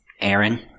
Aaron